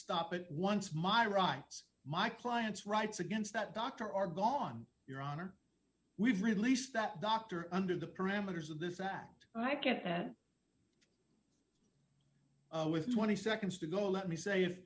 stop it once my rights my client's rights against that doctor are gone your honor we've released that doctor under the parameters of this act and i get that with twenty seconds to go let me say if